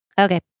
Okay